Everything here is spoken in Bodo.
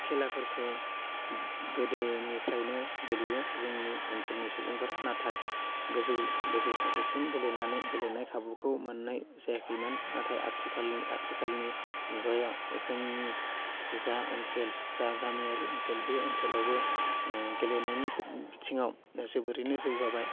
खेलाफोरखौ गोदोनिफ्रायनो गेलेयो जोंनि ओनसोलनि सुबुंफोरा नाथाय गोजौ गोजौ थाखोसिम गेलेनानै गेलेनाय खाबुखौ मोन्नाय जायाखैमोन नाथाय आथिखाल आथिखालनि मुगायाव जोंनि जा ओनसोल जा गामियारि ओनसोल बे ओनसोलावबो गेलेनायनि बिथिङाव जोबोरैनो जौगाबाय